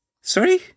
Sorry